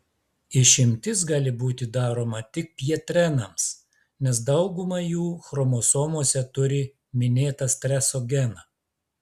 išimtis gali būti daroma tik pjetrenams nes dauguma jų chromosomose turi minėtą streso geną